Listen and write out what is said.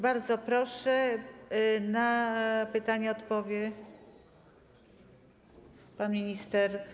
Bardzo proszę, na pytania odpowie minister